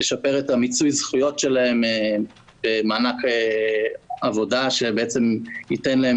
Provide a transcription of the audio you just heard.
לשפר את מיצוי הזכויות שלהן במענק עבודה שבעצם ייתן להן